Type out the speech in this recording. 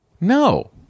No